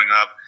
up